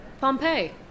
Pompeii